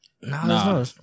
No